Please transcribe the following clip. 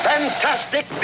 Fantastic